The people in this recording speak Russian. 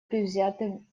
предвзятым